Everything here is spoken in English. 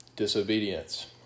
Disobedience